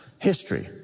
History